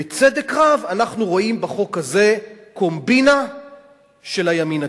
בצדק רב אנחנו רואים בחוק הזה קומבינה של הימין הקיצוני.